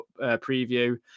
preview